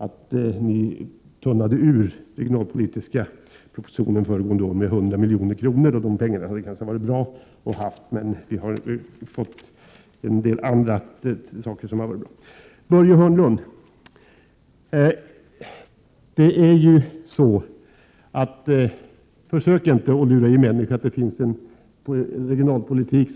från den här debatten, att ni tunnade ur den regionalpolitiska propositionen föregående år med 100 milj.kr. De pengarna hade kanske varit bra att ha, men vi har nu fått en del andra saker som varit bra. Till Börje Hörnlund vill jag säga: Försök inte lura i människorna att det finns en borgerlig regionalpolitik!